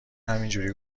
همینجوری